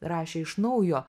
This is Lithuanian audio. rašė iš naujo